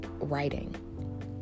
writing